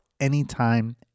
anytime